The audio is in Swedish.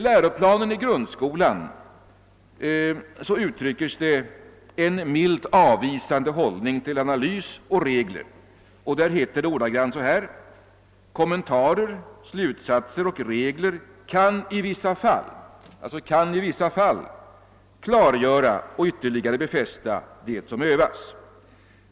Läroplanen i grundskolan uttrycker en milt avvisande hållning till analys och regler: >Kommentarer, slutsatser och regler kan i vissa fall klargöra och ytterligare befästa det som övas».